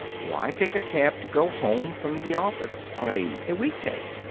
why take a cab to go home from the office on a a week day?